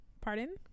Pardon